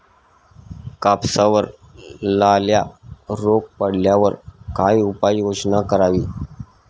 कापसावर लाल्या रोग पडल्यावर काय उपाययोजना करावी?